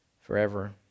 forever